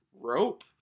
rope